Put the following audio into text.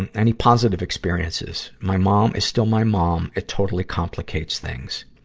and any positive experiences? my mom is still my mom. it totally complicates things.